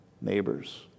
neighbors